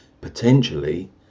potentially